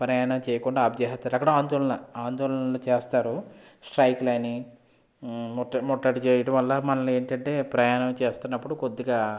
ప్రయాణం చేయకుండా ఆపుచేసేస్తారు అక్కడ ఆందోళనలు చేస్తారు స్ట్రైకులన్నీ ముట్టడి చేయడం వల్ల మనల్ని ఏంటంటే ప్రయాణం చేస్తున్నప్పుడు కొద్దిగా